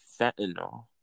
fentanyl